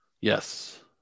Yes